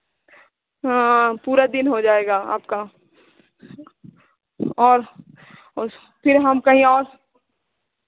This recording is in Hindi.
हाँ पूरा दिन हो जाएगा आपका और फिर हम कहीं और